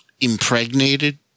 impregnated